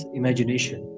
imagination